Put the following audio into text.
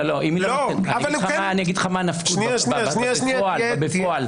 אני אגיד לך מה הנפקותא בפועל.